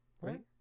Right